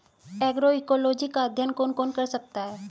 Agroecology का अध्ययन कौन कौन कर सकता है?